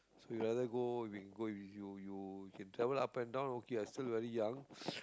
so he rather go when go you you can travel up and down okay what still very young